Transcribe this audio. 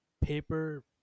paper